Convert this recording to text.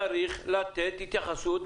צריך לתת התייחסות,